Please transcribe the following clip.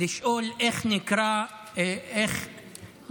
לשאול איך נקרא לו בערבית: